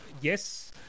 Yes